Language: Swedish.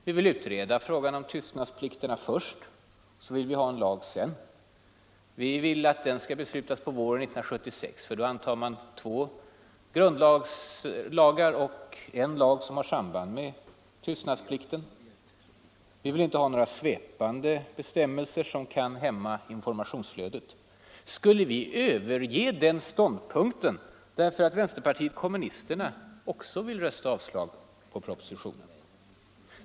Vi vill utreda frågan om tystnadsplikterna först och ha en lag sedan. Vi vill att den skall beslutas på våren 1976. Då antar man två grundlagar och en lag som alla har samband med tystnadsplikten. Vi vill inte ha några svepande bestämmelser som kan hämma informationsflödet. Skulle vi överge den ståndpunkten därför att vänsterpartiet kommunisterna också vill rösta på avslag på propositionen?